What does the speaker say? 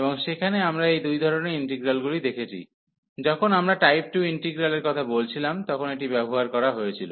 এবং সেখানে আমরা এই দুই ধরণের ইন্টিগ্রালগুলি দেখেছি যখন আমরা টাইপ 2 ইন্টিগ্রালের কথা বলছিলাম তখন এটি ব্যবহার করা হয়েছিল